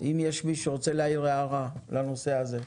אם יש מישהו שרוצה להעיר הערה לנושא הזה.